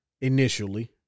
initially